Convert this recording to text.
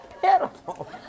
pitiful